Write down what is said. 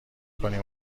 کنیم